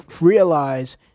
realize